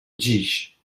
dziś